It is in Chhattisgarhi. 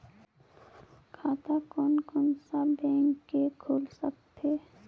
खाता कोन कोन सा बैंक के खुल सकथे?